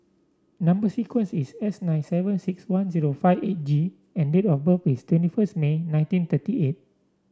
number sequence is S nine seven six one zero five eight G and date of birth is twenty first nine nineteen thirty eight